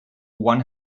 one